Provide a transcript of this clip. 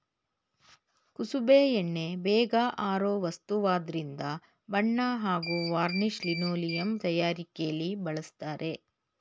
ಕುಸುಬೆ ಎಣ್ಣೆ ಬೇಗ ಆರೋ ವಸ್ತುವಾದ್ರಿಂದ ಬಣ್ಣ ಹಾಗೂ ವಾರ್ನಿಷ್ ಲಿನೋಲಿಯಂ ತಯಾರಿಕೆಲಿ ಬಳಸ್ತರೆ